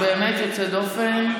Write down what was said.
זה באמת יוצא דופן.